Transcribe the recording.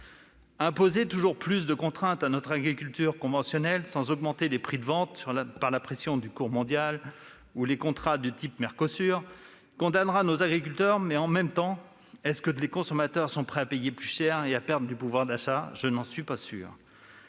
Imposer toujours plus de contraintes à notre agriculture conventionnelle sans augmenter les prix de vente, en raison de la pression des cours mondiaux ou de contrats de type Mercosur, condamnera nos agriculteurs. Les consommateurs sont-ils pour autant prêts à payer plus cher et à perdre du pouvoir d'achat ? Je n'en suis pas